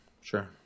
sure